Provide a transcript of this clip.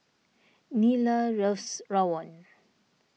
Nyla loves Rawon